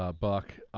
ah buck.